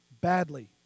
badly